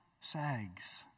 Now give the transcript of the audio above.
sags